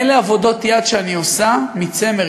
אלה עבודות יד שאני עושה מצמר,